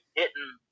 hitting